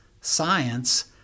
science